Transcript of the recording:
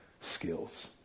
skills